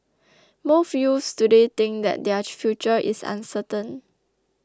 most youths today think that their future is uncertain